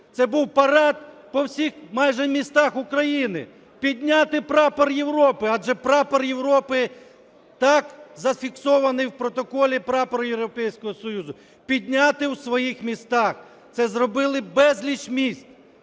Це був парад по всіх майже містах України – підняти прапор Європи, адже прапор Європи, так зафіксований в протоколі, прапор Європейського Союзу підняти у своїх містах. Це зробили безліч міст.